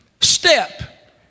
step